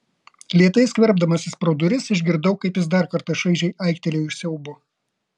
lėtai skverbdamasis pro duris išgirdau kaip jis dar kartą šaižiai aiktelėjo iš siaubo